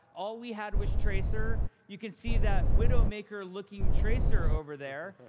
all we had was tracer. you can see that widowmaker-looking tracer over there,